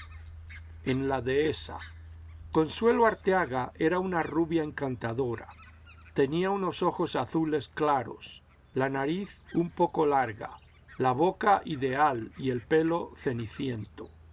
en la dehevsa consuelo arteaga era una rubia encantadora tenía unos ojos azules claros la nariz un poco larga la boca ideal y el pelo ceniciento